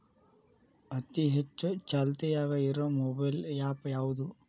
ಅತಿ ಹೆಚ್ಚ ಚಾಲ್ತಿಯಾಗ ಇರು ಮೊಬೈಲ್ ಆ್ಯಪ್ ಯಾವುದು?